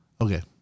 Okay